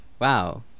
wow